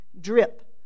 drip